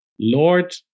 Lord